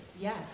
Yes